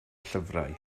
llyfrau